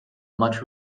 much